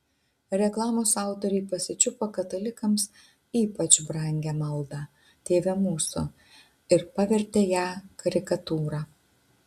reklamos autoriai pasičiupo katalikams ypač brangią maldą tėve mūsų ir pavertė ją karikatūra